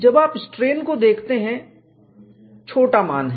जब आप स्ट्रेन को देखते हैं छोटा मान है